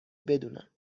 بدونم